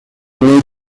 with